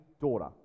daughter